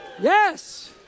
Yes